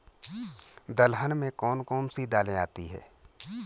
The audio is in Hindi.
दलहन में कौन कौन सी दालें आती हैं?